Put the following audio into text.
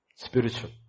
spiritual